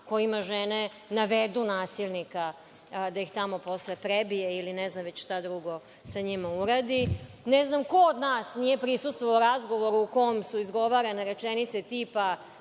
kojima žene navedu nasilnika da ih tamo posle prebije ili ne znam već šta drugo sa njima uradi. Ne znam ko od nas nije prisustvovao razgovoru u kom su izgovarane rečenice tipa